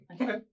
Okay